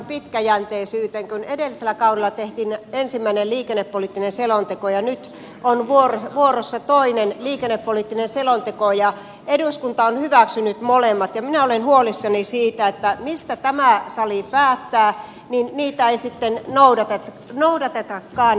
kun edellisellä kaudella tehtiin ensimmäinen liikennepoliittinen selonteko ja nyt on vuorossa toinen liikennepoliittinen selonteko ja eduskunta on hyväksynyt molemmat niin minä olen huolissani siitä että niitä mistä tämä sali päättää ei sitten noudatetakaan